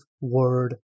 word